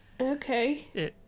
Okay